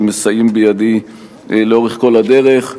שמסייעים בידי לאורך כל הדרך.